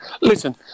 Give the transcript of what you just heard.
Listen